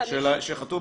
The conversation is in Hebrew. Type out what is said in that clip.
שחתום